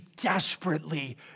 desperately